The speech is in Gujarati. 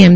એમ